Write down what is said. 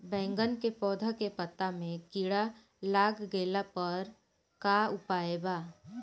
बैगन के पौधा के पत्ता मे कीड़ा लाग गैला पर का उपाय बा?